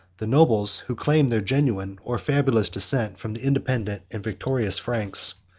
the nobles, who claimed their genuine or fabulous descent from the independent and victorious franks,